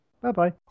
Bye-bye